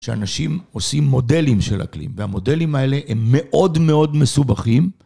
שאנשים עושים מודלים של אקלים, והמודלים האלה הם מאוד מאוד מסובכים.